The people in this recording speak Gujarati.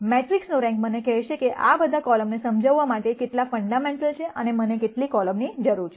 મેટ્રિક્સનો રેન્ક મને કહેશે કે આ બધા કોલમને સમજાવવા માટે કેટલા ફંડામેન્ટલ છે અને મને કેટલી કોલમની જરૂર છે